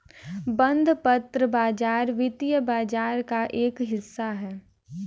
बंधपत्र बाज़ार वित्तीय बाज़ार का एक हिस्सा है